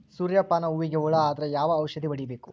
ಸೂರ್ಯ ಪಾನ ಹೂವಿಗೆ ಹುಳ ಆದ್ರ ಯಾವ ಔಷದ ಹೊಡಿಬೇಕು?